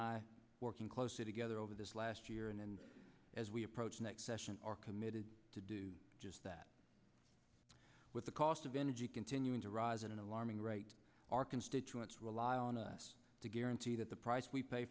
i working closely together over this last year and as we approach next session are committed to do just that with the cost of energy continuing to rise at an alarming rate our constituents rely on us to guarantee that the price we pay